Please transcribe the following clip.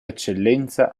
eccellenza